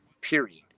period